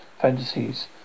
fantasies